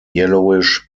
yellowish